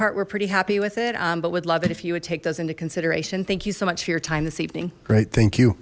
part we're pretty happy with it but we'd love it if you would take those into consideration thank you so much for your time this evening great thank you